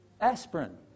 aspirin